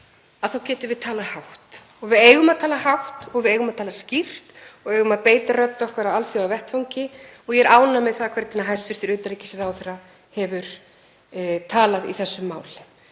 þjóð þá getum við talað hátt og við eigum að tala hátt og við eigum að tala skýrt og við eigum að beita rödd okkar á alþjóðavettvangi. Ég er ánægð með það hvernig hæstv. utanríkisráðherra hefur talað í þessu mál